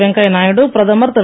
வெங்கையாநாயுடு பிரதமர் திரு